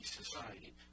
society